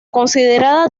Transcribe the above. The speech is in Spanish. consideraba